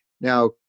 Now